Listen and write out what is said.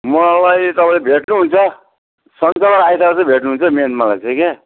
मलाई तपाईँ भेटनुहुन्छ सन्चबार आइतबार चाहिँ भेट्नुहुन्छ मेन मलाई चाहिँ क्या